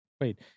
wait